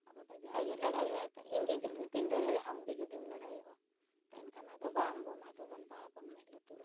ᱟᱵᱚᱫᱚ ᱡᱟᱦᱟᱸᱭ ᱜᱮ ᱞᱟᱲᱟᱭᱟ ᱤᱧᱜᱮ ᱡᱩᱫᱤᱧ ᱞᱟᱹᱲᱦᱟᱹᱭᱟ ᱟᱢᱜᱮ ᱡᱩᱫᱤᱢ ᱞᱟᱲᱦᱟᱭᱚᱜᱼᱟ ᱛᱚ ᱮᱱᱠᱷᱟᱱ ᱟᱫᱚ ᱵᱟᱝᱵᱚᱱ ᱟᱫᱚᱵᱚᱱ ᱵᱟᱵᱚᱱ ᱢᱮᱸᱫ ᱞᱩᱛᱩᱨᱟᱜᱼᱟ